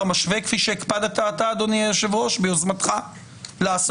משווה כפי שהקפדת אתה אדוני היושב ראש ביוזמתך לעשות.